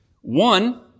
One